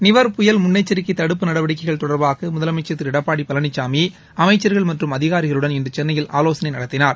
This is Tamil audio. நிவார் புயல் முன்னெச்சிக்கை தடுப்பு நடவடிக்கைகள் தொடர்பாக முதலமைச்சர் திரு எடப்பாடி பழனிசாமி அமைச்சர்கள் மற்றும் அதிகாரிகளுடன் இன்று சென்னையில் ஆலோசனை நடத்தினார்